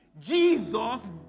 Jesus